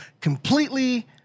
completely